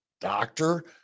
doctor